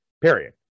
period